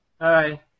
Hi